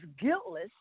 guiltless